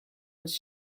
was